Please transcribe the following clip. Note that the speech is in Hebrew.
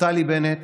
נפתלי בנט